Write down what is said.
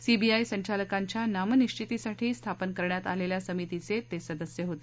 CBI संचालकांच्या नामनिश्वितीसाठी स्थापन करण्यात आलेल्या समितीचे ते सदस्य होते